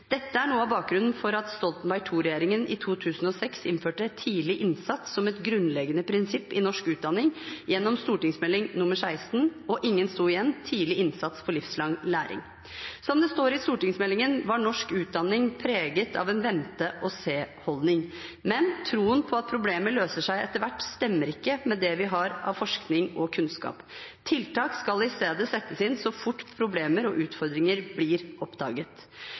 Dette var noe av bakgrunnen for at Stoltenberg II-regjeringen i 2006 innførte tidlig innsats som et grunnleggende prinsipp i norsk utdanning, gjennom St.meld. nr. 16 for 2006–2007, «… og ingen sto igjen – tidlig innsats for livslang læring». Som det står i stortingsmeldingen, var norsk utdanning preget av en vente-og-se-holdning. Men troen på at problemer løser seg etter hvert, stemmer ikke med det vi har av forskning og kunnskap. Tiltak skal i stedet settes inn så fort problemer og utfordringer blir oppdaget.